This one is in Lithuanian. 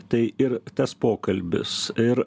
tai ir tas pokalbis ir